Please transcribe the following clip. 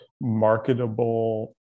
marketable